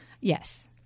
Yes